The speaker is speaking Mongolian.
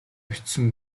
бичсэн